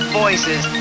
voices